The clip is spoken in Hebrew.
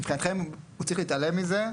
מבחינתכם הוא צריך להתעלם מזה?